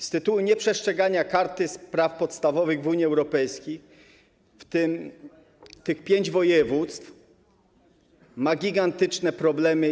Z powodu nieprzestrzegania Karty Praw Podstawowych Unii Europejskiej tych pięć województw ma gigantyczne problemy.